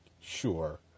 Sure